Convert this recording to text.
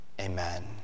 Amen